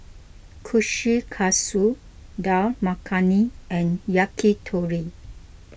Kushikatsu Dal Makhani and Yakitori